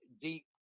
deep